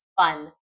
fun